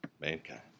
Mankind